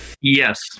Yes